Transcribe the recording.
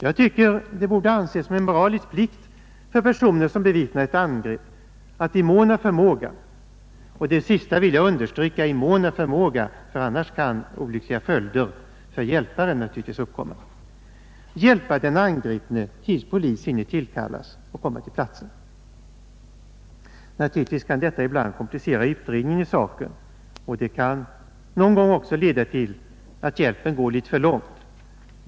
Jag tycker det bör anses som en moralisk plikt för personer som bevittnar ett angrepp att i mån av förmåga — och det sista vill jag understryka, annars kan olyckliga följder för hjälparen kanske uppkomma — hjälpa den angripne, tills polis hinner tillkallas och komma till platsen. Naturligtvis kan detta ibland komplicera utredningen i saken och ibland leda till att hjälpen går litet för långt.